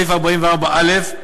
בסעיף 44(א)